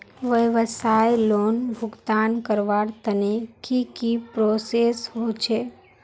व्यवसाय लोन भुगतान करवार तने की की प्रोसेस होचे?